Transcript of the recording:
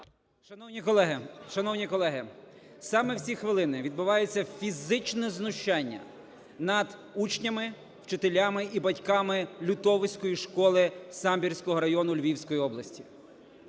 шановні колеги! Саме в ці хвилини відбувається фізичне знущання над учнями, вчителями і батьками Лютовиської школи Самбірського району Львівської області.